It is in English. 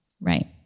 Right